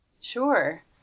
Sure